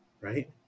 Right